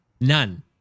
none